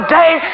day